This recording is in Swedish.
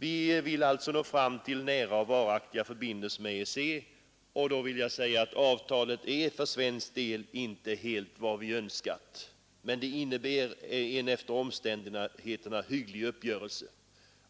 Vi vill alltså nå fram till nära och varaktiga förbindelser med EEC. Avtalet är för svensk del inte vad vi önskar, men det innebär en efter omständigheterna hygglig uppgörelse.